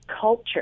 culture